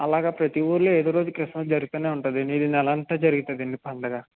అలాగ ప్రతి ఊర్లో ఏదో రోజు క్రిస్మస్ జరుగుతూనే ఉంటుంది ఇది నెలంతా జరుగుతాదండి పండగ